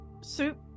soup